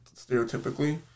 stereotypically